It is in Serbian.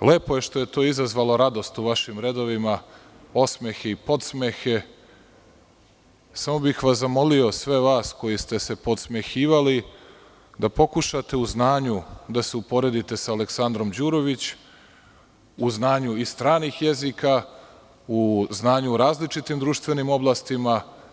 lepo je što je to izazvalo radost u vašim redovima, osmehe i podsmehe, samo bih vas zamolio, sve vas koji ste se podsmehivali, da pokušate u znanju da se uporedite sa Aleksandrom Đurović, u znanju i stranih jezika, u znanju u različitim društvenim oblastima.